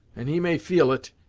and he may feel it,